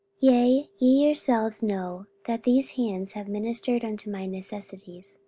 ye yourselves know, that these hands have ministered unto my necessities,